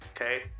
Okay